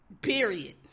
Period